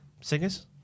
Singers